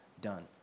done